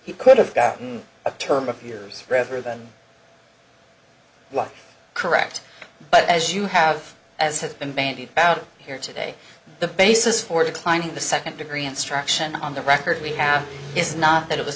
he could have gotten a term of years rather than one correct but as you have as have been bandied about here today the basis for declining the second degree instruction on the record we have is not that it was